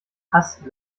hasst